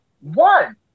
one